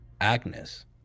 Agnes